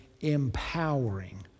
empowering